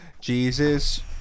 Jesus